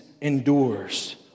endures